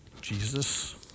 Jesus